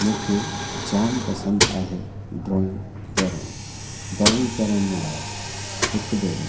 मूंखे जाम पसंदि आहे ड्राइंग करणु ड्राइंग करण लाइ हिकु भेरो